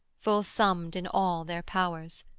full-summed in all their powers,